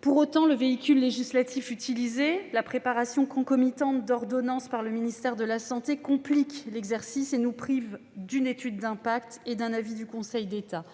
Toutefois, le véhicule législatif utilisé et la préparation concomitante d'ordonnances par le ministère de la santé compliquent l'exercice et nous privent d'une étude d'impact et d'un avis du Conseil d'État.